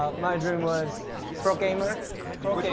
my dream was pro gamer pro